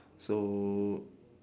so